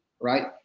right